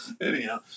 Anyhow